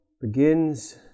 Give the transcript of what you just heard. Begins